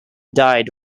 died